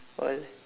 all